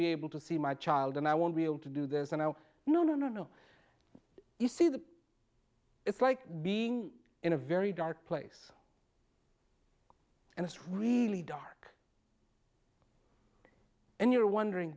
be able to see my child and i won't be able to do this and i'll no no you see the it's like being in a very dark place and it's really dark and you're wondering